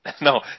no